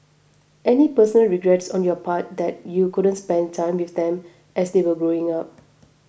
any personal regrets on your part that you couldn't spend time with them as they were growing up